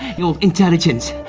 your intelligence.